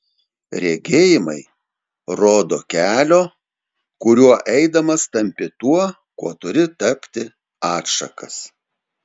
regėjimai rodo kelio kuriuo eidamas tampi tuo kuo turi tapti atšakas